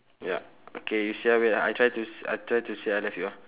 ya okay you see ah wait ah I try to s~ I try to say I love you ah